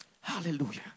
Hallelujah